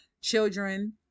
Children